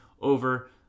over